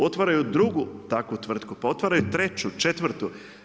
Otvaraju drugu takvu tvrtku, pa otvaraju treću, četvrtu.